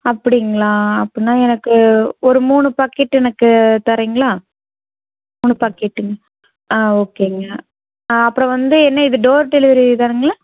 அப்படிங்ளா அப்படினா எனக்கு ஒரு மூணு பாக்கெட்டு எனக்கு தாரிங்ளா மூணு பாக்கெட்டுங்க ஆ ஓகேங்க அப்புறோம் வந்து என்ன இது டோர் டெலிவெரி தானங்கள